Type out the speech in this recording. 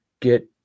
get